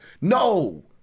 No